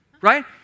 right